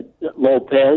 Lopez